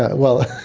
ah well,